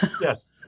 Yes